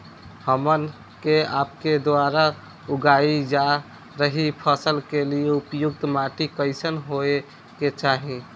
हमन के आपके द्वारा उगाई जा रही फसल के लिए उपयुक्त माटी कईसन होय के चाहीं?